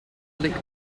lake